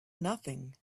nothing